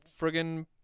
friggin